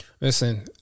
Listen